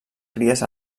cries